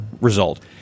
result